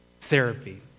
therapy